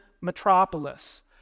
metropolis